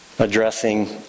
addressing